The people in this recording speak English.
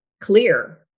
clear